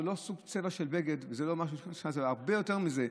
זה לא צבע של בגד, זה הרבה יותר מזה.